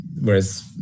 Whereas